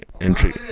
entry